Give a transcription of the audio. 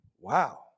Wow